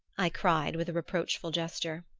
i cried with a reproachful gesture.